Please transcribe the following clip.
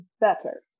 better